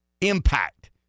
impact